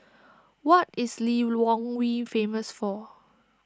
what is Lilongwe famous for